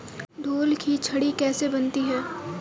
ढोल की छड़ी कैसे बनती है?